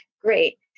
great